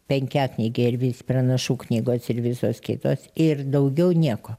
penkiaknyge ir vis pranašų knygos ir visos kitos ir daugiau niekuo